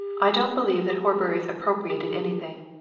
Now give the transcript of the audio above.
i don't believe that horbury's appropriated anything.